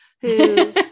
who-